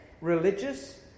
religious